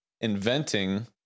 inventing